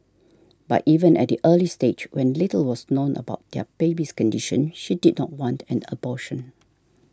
but even at the early stage when little was known about her baby's condition she did not want an abortion